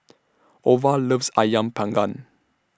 Ova loves Ayam Panggang